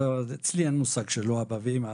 אצלי אין מושג כזה שאין "אבא" ו"אימא".